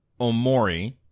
Omori